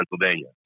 Pennsylvania